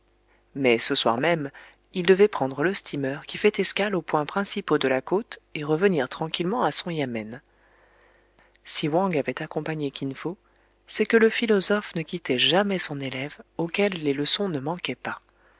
mais ce soir même il devait prendre le steamer qui fait escale aux points principaux de la côte et revenir tranquillement à son yamen si wang avait accompagné kin fo c'est que le philosophe ne quittait jamais son élève auquel les leçons ne manquaient pas